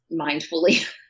mindfully